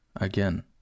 Again